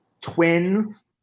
Twins